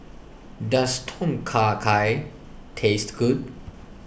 does Tom Kha Gai taste good